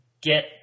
get